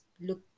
look